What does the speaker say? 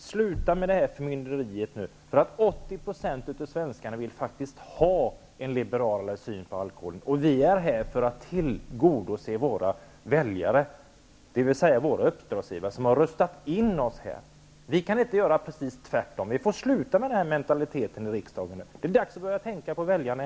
Sluta med förmynderiet! 80 % av svenskarna vill faktiskt ha en liberalare syn på alkoholen. Vi är här för att tillgodose våra väljare, dvs. våra uppdragsgivare som har röstat in oss i riksdagen. Vi kan inte göra precis tvärtom, och vi får sluta med denna mentalitet i riksdagen. Det är dags att börja tänka på väljarna.